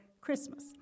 Christmas